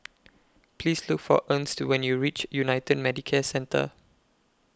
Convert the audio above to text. Please Look For Ernst when YOU REACH United Medicare Centre